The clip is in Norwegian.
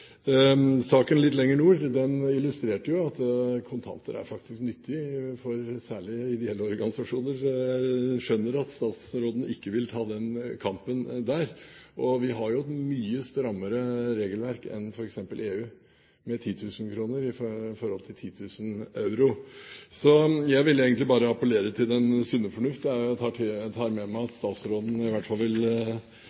Saken litt lenger nord illustrerte jo at kontanter faktisk er nyttige, særlig for ideelle organisasjoner, og jeg skjønner at statsråden ikke vil ta den kampen. Vi har jo et mye strammere regelverk enn f.eks. EU – med 10 000 kr i forhold til 10 000 euro. Jeg vil egentlig bare appellere til den sunne fornuft. Jeg tar med meg at